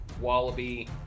Wallaby